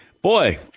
boy